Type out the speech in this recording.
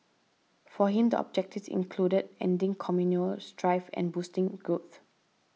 for him the objectives included ending communal strife and boosting growth